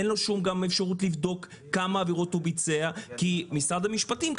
אין לו גם שום אפשרות לבדוק כמה עבירות הוא ביצע כי משרד המשפטים,